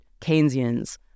Keynesians